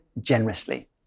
generously